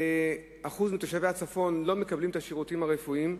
ש-28% מתושבי הצפון לא מקבלים את השירותים הרפואיים,